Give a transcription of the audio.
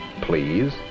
Please